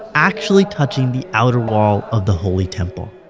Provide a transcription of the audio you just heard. actually touching the outer wall of the holy temple!